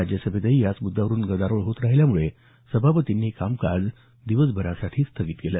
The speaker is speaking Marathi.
राज्यसभेतही याच मुद्यांवरून गदारोळ होत राहिल्यामुळे सभापतींनी कामकाज दिवसभरासाठी स्थगित केलं